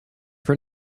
for